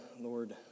Lord